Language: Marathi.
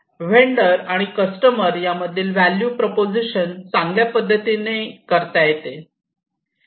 वेडर आणि कस्टमर यामधील व्हॅल्यू प्रेपोझिशन चांगल्या पद्धतीने करता येते